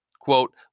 Quote